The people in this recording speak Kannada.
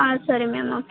ಹಾಂ ಸರಿ ಮ್ಯಾಮ್ ಓಕೆ